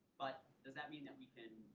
but does that mean that we can,